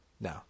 no